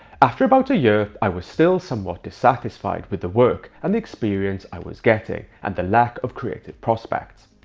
after about a year, i was still somewhat dissatisfied with the work and the experience i was getting and the lack of creative prospects.